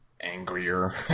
angrier